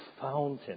fountain